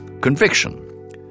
conviction